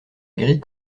grille